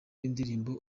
w’indirimbo